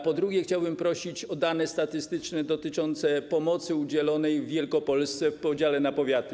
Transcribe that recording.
Po drugie, chciałbym prosić o dane statystyczne dotyczące pomocy udzielonej w Wielkopolsce w podziale na powiaty.